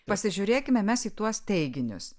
pasižiūrėkime mes į tuos teiginius